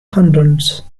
hundreds